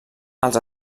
els